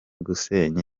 gusenya